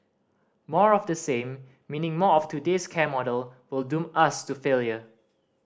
more of the same meaning more of today's care model will doom us to failure